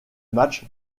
match